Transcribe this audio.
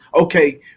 okay